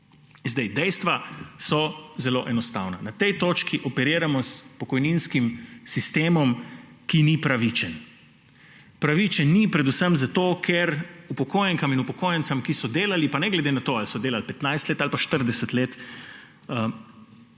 Dejstva so zelo enostavna. Na tej točki operiramo s pokojninskim sistemom, ki ni pravičen. Pravičen ni predvsem zato, ker upokojenkam in upokojencem, ki so delali, pa ne glede na to, ali so delali 15 let ali pa 40 let,